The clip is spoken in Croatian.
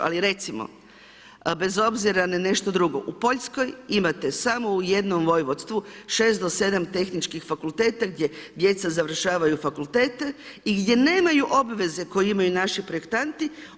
Ali recimo, bez obzira na nešto drugo, u Poljskoj imate samo u jednom vojvodstvu 6-7 tehničkih fakulteta gdje djeca završavaju fakultete i gdje nemaju obveze koje imaju naši projektanti.